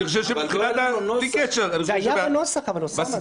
זה היה בנוסח, אוסאמה, זה היה בנוסח.